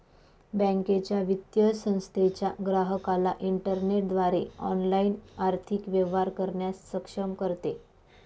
बँकेच्या, वित्तीय संस्थेच्या ग्राहकाला इंटरनेटद्वारे ऑनलाइन आर्थिक व्यवहार करण्यास सक्षम करते